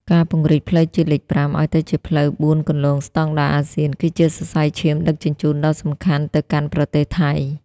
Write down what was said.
ការពង្រីកផ្លូវជាតិលេខ៥ ឱ្យទៅជាផ្លូវបួនគន្លងស្ដង់ដារអាស៊ាន គឺជាសរសៃឈាមដឹកជញ្ជូនដ៏សំខាន់ទៅកាន់ប្រទេសថៃ។